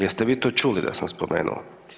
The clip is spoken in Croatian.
Jeste vi to čuli da sam spomenuo?